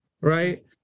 right